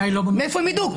איך הם ידעו?